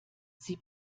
sie